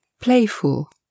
playful